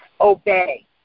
obey